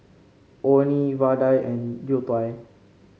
Orh Nee vadai and youtiao